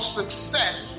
success